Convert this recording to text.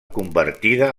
convertida